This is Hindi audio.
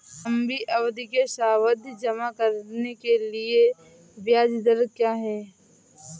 लंबी अवधि के सावधि जमा के लिए ब्याज दर क्या है?